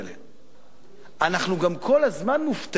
אנחנו גם כל הזמן מופתעים מהגזירות.